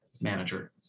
manager